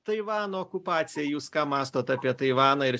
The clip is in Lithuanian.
taivano okupacija jūs ką mąstot apie taivaną ir